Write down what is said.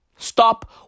Stop